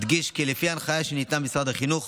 אדגיש כי לפי ההנחיה שניתנה במשרד החינוך,